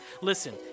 Listen